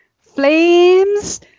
flames